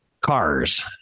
Cars